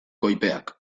koipeak